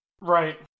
Right